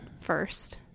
First